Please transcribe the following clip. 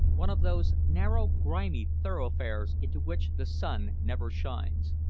one of those narrow, grimy thoroughfares into which the sun never shines.